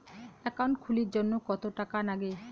Account খুলির জন্যে কত টাকা নাগে?